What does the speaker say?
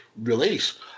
release